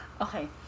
Okay